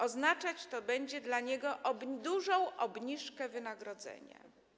Oznaczać to będzie dla takiej osoby dużą obniżkę wynagrodzenia.